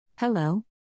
Hello